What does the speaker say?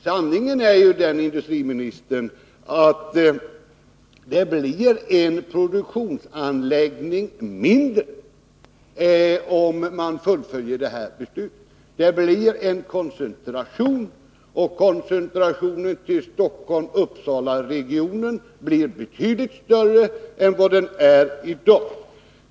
Sanningen är ju den, industriministern, att det blir en produktionsanläggning mindre om man fullföljer det här beslutet. Det blir en koncentration, och koncentrationen till Stockholm-Uppsalaregionen blir betydligt större än vad den i dag är.